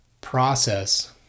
process